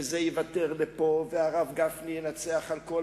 וזה יוותר לפה והרב גפני ינצח על כל